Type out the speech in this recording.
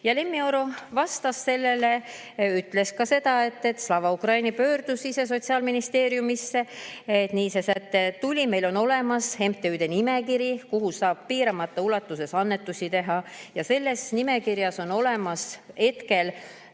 Lemmi Oro vastas sellele ja ütles ka seda, et Slava Ukraini pöördus ise Sotsiaalministeeriumisse, nii see säte tuli. Meil on olemas MTÜ-de nimekiri, kuhu saab piiramata ulatuses annetusi teha, ja selles nimekirjas on olemas